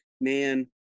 man